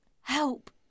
help